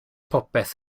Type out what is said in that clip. popeth